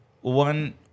One